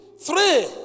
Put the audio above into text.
three